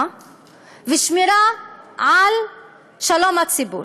ושמירה על שלום הציבור.